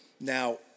Now